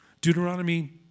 Deuteronomy